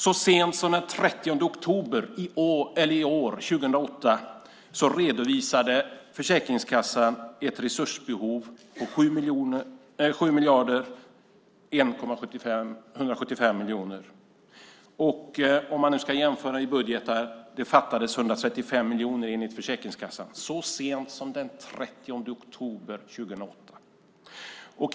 Så sent som den 30 oktober 2008 redovisade Försäkringskassan ett resursbehov på 7 175 000 000. Om man ska jämföra budgetar fattades det enligt Försäkringskassan 135 miljoner så sent som den 30 oktober 2008.